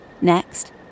Next